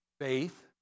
Faith